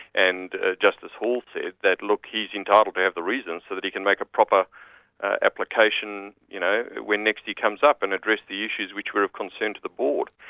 and as ah justice hall said that look, he's and to have the reasons so that he can make a proper application you know when next he comes up, and address the issues which were of concern to the board.